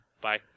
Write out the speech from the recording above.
Bye